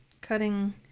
cutting